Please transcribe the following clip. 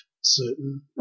certain